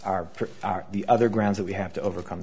address are the other grounds that we have to overcome